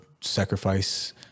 sacrifice